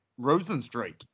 Rosenstreich